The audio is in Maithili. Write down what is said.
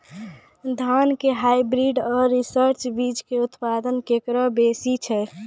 धान के हाईब्रीड और रिसर्च बीज मे उत्पादन केकरो बेसी छै?